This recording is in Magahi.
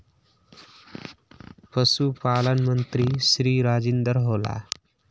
पशुपालन मंत्री श्री राजेन्द्र होला?